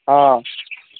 ହଁ